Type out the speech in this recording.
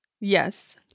Yes